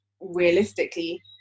realistically